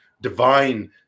divine